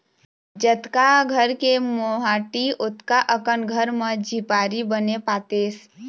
जतका घर के मोहाटी ओतका अकन घर म झिपारी बने पातेस